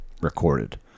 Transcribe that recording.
recorded